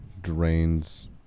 drains